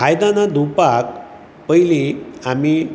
आयदानां धुंवपाक पयलीं आमी